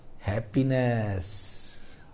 happiness